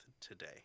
today